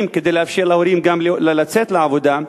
כדי לאפשר גם להורים לצאת לעבודה.